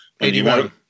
81